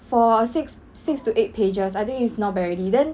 for six six to eight pages I think is not bad already then